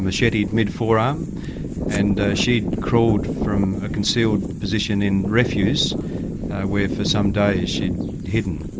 macheteed mid-forearm and she'd crawled from a concealed position in refuse where for some days she'd hidden.